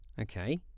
okay